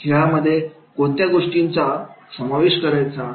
खेळामध्ये कोणत्या गोष्टींचा समावेश करायचा